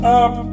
up